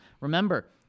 remember